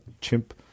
chimp